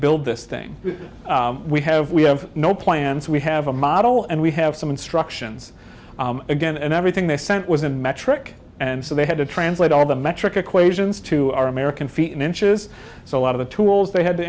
build this thing we have we have no plans we have a model and we have some instructions again and everything they sent was in metric and so they had to translate all the metric equations to our american feet and inches so a lot of the tools they had t